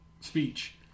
speech